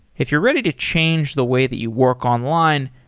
if you're ready to change the way that you work online,